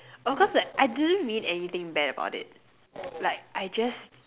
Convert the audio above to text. of course like I didn't mean anything bad about it like I just